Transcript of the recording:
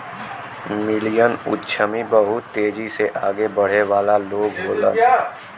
million उद्यमी बहुत तेजी से आगे बढ़े वाला लोग होलन